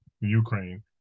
ukraine